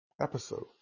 episode